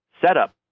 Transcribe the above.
setup